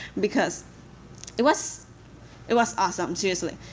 because it was it was awesome, seriously.